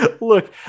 Look